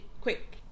quick